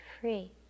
free